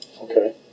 Okay